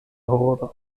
horoj